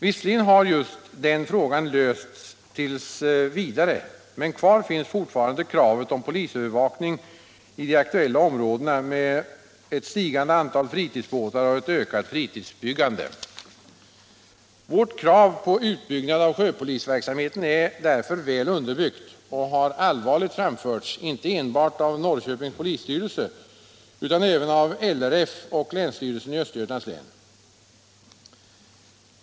Visserligen har just den frågan lösts t. v., men kvar finns fortfarande kravet på polisövervakning i de aktuella områdena med ett stigande antal fritidsbåtar och ett ökat fritidsbyggande. Vårt krav på utbyggnad av sjöpolisverksamheten är därför väl underbyggt och har allvarligt framförts inte enbart av Norrköpings polisstyrelse utan också av LRF och länsstyrelsen i Östergötlands län.